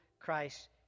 Christ